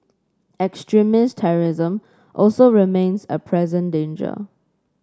extremist terrorism also remains a present danger